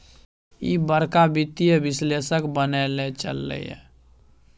ईह बड़का वित्तीय विश्लेषक बनय लए चललै ये